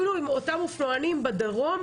הבנתי את המצוקה של האופנוענים בדרום,